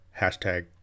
hashtag